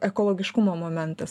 ekologiškumo momentas